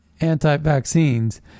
anti-vaccines